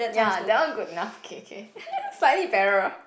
ya that one good enough okay okay slightly barrier